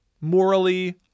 morally